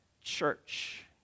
church